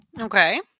Okay